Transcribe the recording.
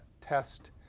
test